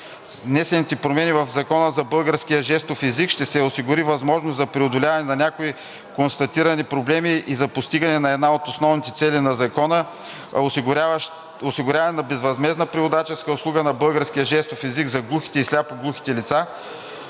внесените промени в Закона за българския жестов език ще се осигури възможност за преодоляване на някои констатирани проблеми и за постигане на една от основните цели на Закона – осигуряване на безвъзмездна преводаческа услуга на български жестов език за глухите и сляпо глухите лица,